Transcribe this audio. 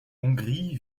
hongrie